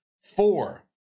four